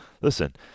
listen